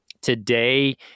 today